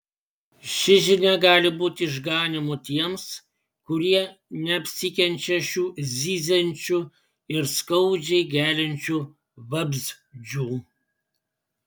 ši žinia gali būti išganymu tiems kurie neapsikenčia šių zyziančių ir skaudžiai geliančių vabzdžių